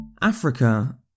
Africa